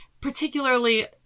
particularly